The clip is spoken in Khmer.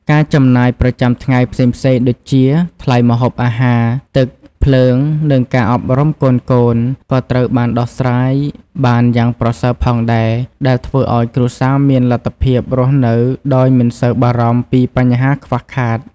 ការចំណាយប្រចាំថ្ងៃផ្សេងៗដូចជា ថ្លៃម្ហូបអាហារ ទឹក ភ្លើង និងការអប់រំកូនៗ ក៏ត្រូវបានដោះស្រាយបានយ៉ាងប្រសើរផងដែរ ដែលធ្វើឱ្យគ្រួសារមានលទ្ធភាពរស់នៅដោយមិនសូវបារម្ភពីបញ្ហាខ្វះខាត។